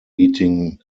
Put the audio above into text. beating